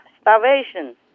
starvation